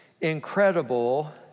incredible